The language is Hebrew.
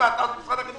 שהדבר